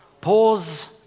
pause